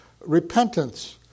repentance